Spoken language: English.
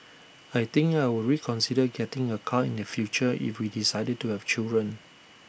I think I would reconsider getting A car in the future if we decided to have children